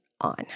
on